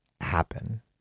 happen